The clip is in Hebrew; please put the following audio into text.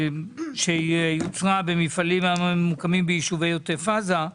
שיוצרה במפעלים הממוקמים ביישובי עוטף עזה.